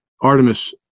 Artemis